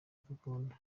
dukunda